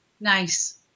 Nice